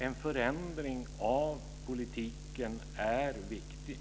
En förändring av politiken är viktig.